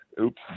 Oops